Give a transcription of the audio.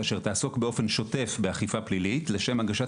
אשר תעסוק באופן שוטף באכיפה פלילית לשם הגשת